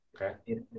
Okay